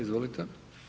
Izvolite.